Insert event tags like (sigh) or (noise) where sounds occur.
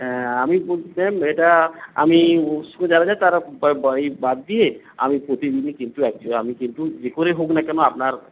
আমি (unintelligible) এটা আমি ওর সঙ্গে (unintelligible) (unintelligible) বাদ দিয়ে আমি প্রতিদিনই কিন্তু এক যে আমি কিন্তু যে করে হোক না কেন আপনার